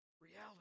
reality